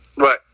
right